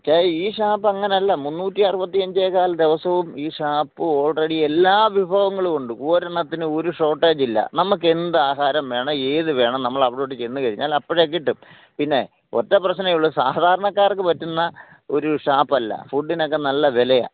പക്ഷേ ഈ ഷോപ്പ് അങ്ങനെയല്ല മുന്നൂറ്റി അറുപത്തി അഞ്ചേകാല് ദിവസവും ഈ ഷോപ്പ് ഓള്റെഡി എല്ലാ വിഭവങ്ങളുമുണ്ട് ഒരെണ്ണത്തിനും ഒരു ഷോര്ട്ടേജ് ഇല്ല നമുക്ക് എന്ത് ആഹാരം വേണം ഏത് വേണം നമ്മൾ അവിടോട്ട് ചെന്ന് കഴിഞ്ഞാല് അപ്പോഴേ കിട്ടും പിന്നെ ഒറ്റ പ്രശ്നമേ ഉള്ളൂ സാധാരണക്കാര്ക്ക് പറ്റുന്ന ഒരു ഷോപ്പ് അല്ല ഫുഡിനൊക്കെ നല്ല വിലയാണ്